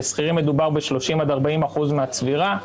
לשכירים מדובר ב-30% עד 40% מהצבירה,